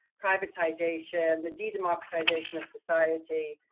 privatisation, the de-democratization of society,